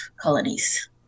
colonies